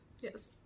Yes